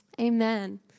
Amen